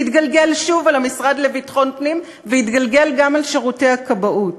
זה יתגלגל שוב על המשרד לביטחון פנים ויתגלגל גם על שירותי הכבאות.